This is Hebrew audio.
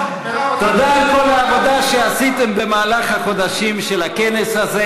תודה על כל העבודה שעשיתם במהלך החודשים של הכנס הזה.